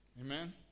Amen